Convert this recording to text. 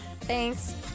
thanks